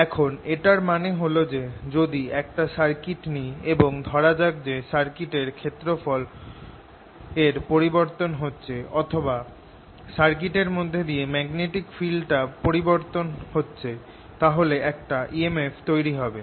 এখন এটার মানে হল যে যদি একটা সার্কিট নি এবং ধরা যাক যে সার্কিট এর ক্ষেত্রফল পরিবর্তন হচ্ছে অথবা সার্কিট এর মধ্যে দিয়ে ম্যাগনেটিক ফিল্ডটা পরিবর্তন হচ্ছে তাহলে একটা emf তৈরি হবে